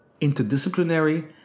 interdisciplinary